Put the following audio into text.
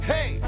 Hey